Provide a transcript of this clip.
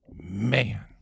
man